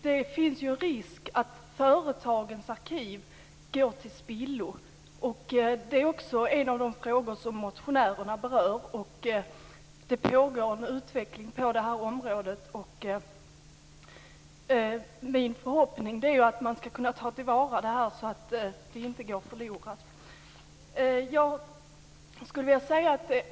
Det finns risk för att företagens arkiv går till spillo, och det är också en av de frågor som motionärerna berör. Det pågår en utveckling på det här området. Min förhoppning är att man skall kunna ta till vara det här så att det inte går förlorat.